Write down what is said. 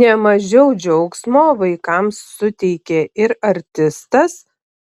ne mažiau džiaugsmo vaikams suteikė ir artistas